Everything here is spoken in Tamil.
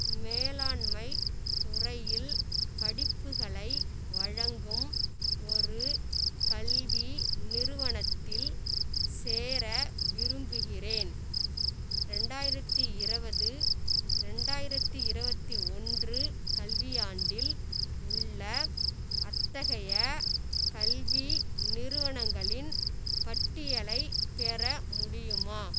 மேலாண்மைத் துறையில் படிப்புகளை வழங்கும் ஒரு கல்வி நிறுவனத்தில் சேர விரும்புகிறேன் ரெண்டாயிரத்தி இருபது ரெண்டாயிரத்தி இருபத்தி ஒன்று கல்வியாண்டில் உள்ள அத்தகைய கல்வி நிறுவனங்களின் பட்டியலைப் பெற முடியுமா